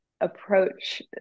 approach